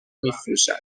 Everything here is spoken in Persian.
میفروشد